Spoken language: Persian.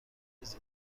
نیز